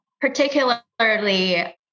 particularly